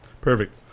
Perfect